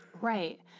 Right